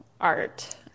art